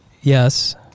Yes